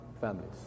families